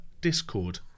Discord